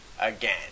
again